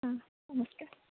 ହୁଁ ନମସ୍କାର